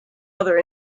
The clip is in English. other